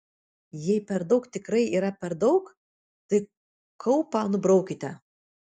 jei per daug tikrai yra per daug tai kaupą nubraukite